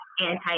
anti